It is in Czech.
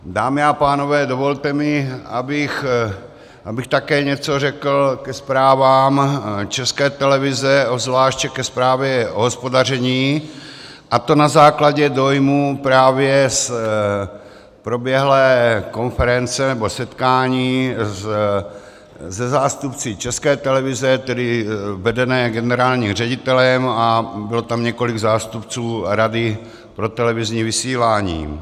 Dámy a pánové, dovolte mi, abych také něco řekl ke zprávám České televize, obzvláště ke zprávě o hospodaření, a to na základě dojmů právě z proběhlé konference nebo setkání se zástupci České televize, vedené generálním ředitelem, a bylo tam několik zástupců rady pro televizní vysílání.